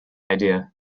idea